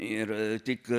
ir tik